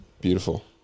Beautiful